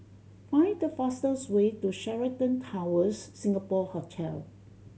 find the fastest way to Sheraton Towers Singapore Hotel